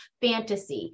fantasy